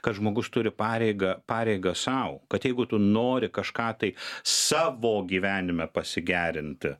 kad žmogus turi pareigą pareigą sau kad jeigu tu nori kažką tai savo gyvenime pasigerinti